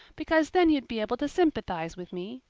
because then you'd be able to sympathize with me.